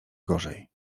gorzej